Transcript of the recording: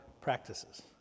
practices